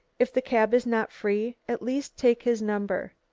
if the cab is not free, at least take his number.